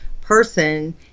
person